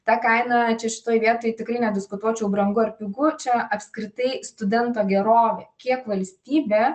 ta kaina čia šitoj vietoj tikrai nediskutuočiau brangu ar pigu čia apskritai studento gerovė kiek valstybė